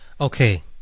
Okay